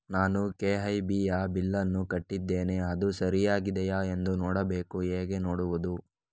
ನಾನು ಕೆ.ಇ.ಬಿ ಯ ಬಿಲ್ಲನ್ನು ಕಟ್ಟಿದ್ದೇನೆ, ಅದು ಸರಿಯಾಗಿದೆಯಾ ಎಂದು ನೋಡಬೇಕು ಹೇಗೆ ನೋಡುವುದು?